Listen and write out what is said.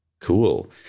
Cool